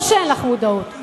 לא שאין לך מודעות.